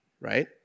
right